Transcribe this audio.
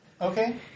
Okay